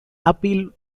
appeal